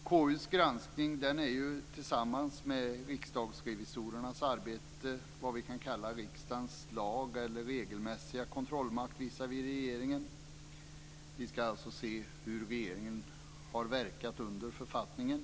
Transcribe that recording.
KU:s granskning är tillsammans med riksdagsrevisorernas arbete vad vi kan kalla för riksdagens lag eller regelmässiga kontrollmakt visavi regeringen. Vi ska alltså se hur regeringen har verkat under författningen.